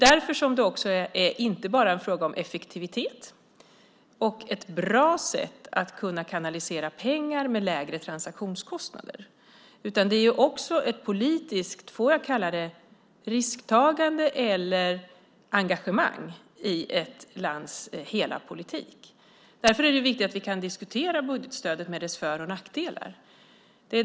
Därför är det inte bara en fråga om effektivitet och ett bra sätt att kanalisera pengar med lägre transaktionskostnader, utan det är också ett politiskt risktagande eller engagemang i ett lands hela politik. Därför är det bra att vi kan diskutera budgetstödet med dess för och nackdelar.